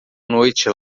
noite